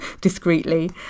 discreetly